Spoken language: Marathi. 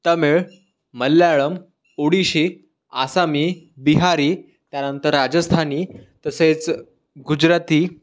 तमिळ मल्याळम ओडिशी आसामी बिहारी त्यानंतर राजस्थानी तसेच गुजराती